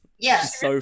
Yes